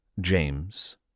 James